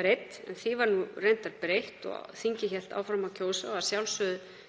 breidd. Því var nú reyndar breytt og þingið hélt áfram að kjósa. Að sjálfsögðu